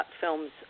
films